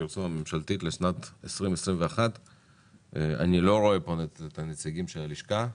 הפרסום הממשלתית לשנת 2021. אני לא רואה פה את הנציגים של הלשכה.